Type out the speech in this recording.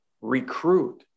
recruit